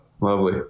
lovely